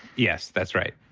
yes that's right.